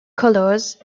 colours